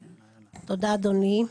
תודה, אדוני.